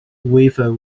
river